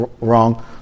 wrong